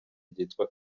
ryitwa